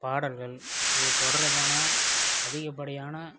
பாடல்கள் இது தொடர்பான அதிகப்படியான